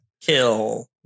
Kill